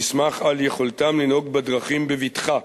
נסמך על יכולתם לנהוג בדרכים בבטחה.